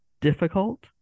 difficult